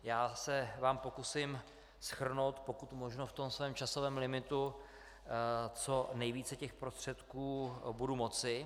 Já se vám pokusím shrnout pokud možno v tom svém časovém limitu, co nejvíce těch prostředků budu moci.